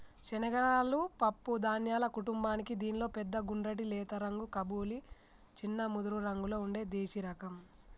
శనగలు పప్పు ధాన్యాల కుటుంబానికీ దీనిలో పెద్ద గుండ్రటి లేత రంగు కబూలి, చిన్న ముదురురంగులో ఉండే దేశిరకం